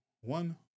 one